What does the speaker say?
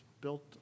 built